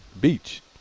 Beach